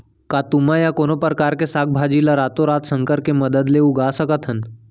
का तुमा या कोनो परकार के साग भाजी ला रातोरात संकर के मदद ले उगा सकथन?